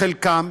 חלקן,